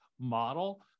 model